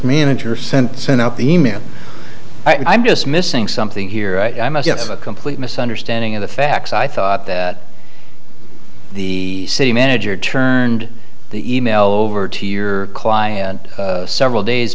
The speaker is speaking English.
manager sent sent out the e mail i'm just missing something here i must have a complete misunderstanding of the facts i thought that the city manager turned the email over to your client several days